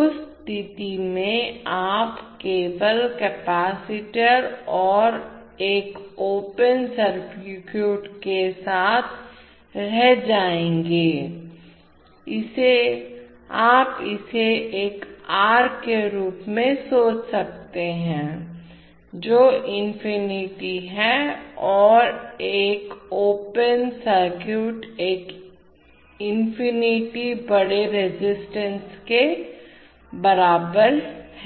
उस स्थिति में आप केवल कपैसिटर और एक ओपन सर्किट के साथ रह जाएंगे आप इसे एक R के रूप में सोच सकते हैं जो इंफिनिटी है और एक ओपन सर्किट एक इंफिनिटी बड़े रेजिस्टेंस के बराबर है